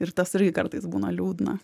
ir tas irgi kartais būna liūdna